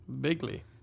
Bigly